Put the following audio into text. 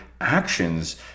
actions